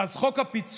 אז חוק הפיצול,